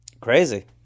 crazy